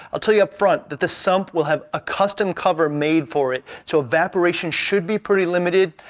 i'll tell you upfront that the sump will have a custom cover made for it so evaporation should be pretty limited.